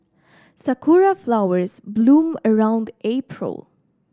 Sakura flowers bloom around April